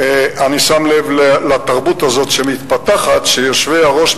אני שם לב לתרבות הזאת שמתפתחת שיושבי-ראש,